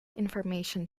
information